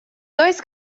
dois